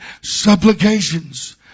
Supplications